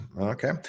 okay